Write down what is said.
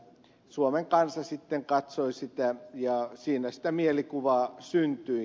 suomen kansa sitten katsoi sitä ja siinä sitä mielikuvaa syntyi